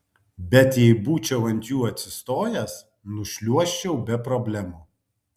bet jei būčiau ant jų atsistojęs nušliuožčiau be problemų